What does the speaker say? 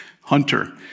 hunter